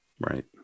Right